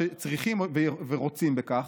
שצריכים ורוצים בכך,